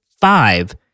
five